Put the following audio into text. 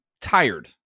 tired